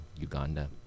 Uganda